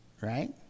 right